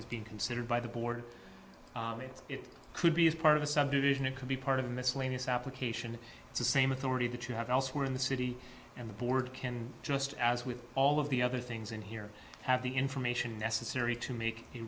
is being considered by the board it could be as part of a subdivision it could be part of miscellaneous application it's the same authority that you have elsewhere in the city and the board can just as with all of the other things in here have the information necessary to make a